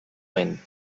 vent